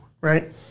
right